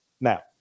Now